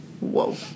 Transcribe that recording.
whoa